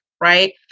right